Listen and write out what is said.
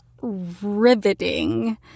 riveting